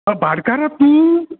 भाटकार